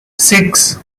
six